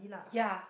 ya